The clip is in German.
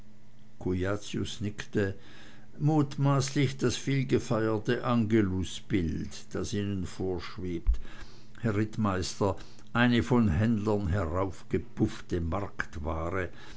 cujacius nickte mutmaßlich das vielgefeierte angelusbild was ihnen vorschwebt herr rittmeister eine von händlern heraufgepuffte marktware